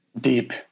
Deep